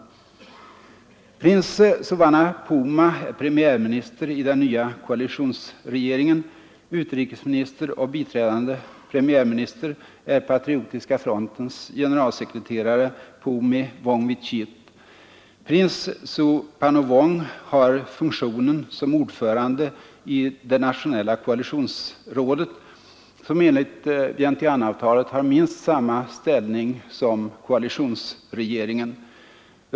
Prins Souvanna Phouma är premiärminister i den nya koalitionsregeringen. Utrikesminister och biträdande premiärminister är patriotiska frontens generalsekreterare Phoumi Vongvichit. Prins Souphanouvong har funktionen som ordförande i det nationella koalitionsrådet, som enligt Vientianeavtalet har minst samma ställning som koalitionsregeringen.